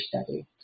study